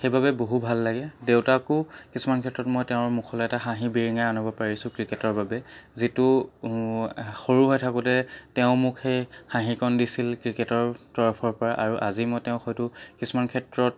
সেইবাবে বহু ভাল লাগে দেউতাকো কিছুমান ক্ষেত্ৰত মই তেওঁৰ মুখলৈ এটা হাঁহি বিৰিঙাই আনিব পাৰিছোঁ ক্ৰিকেটৰ বাবে যিটো সৰু হৈ থাকোঁতে তেওঁ মোক সেই হাঁহিকণ দিছিল ক্ৰিকেটৰ তৰফৰ পৰা আৰু আজি মই তেওঁক সেইটো কিছুমান ক্ষেত্ৰত